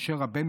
משה רבנו,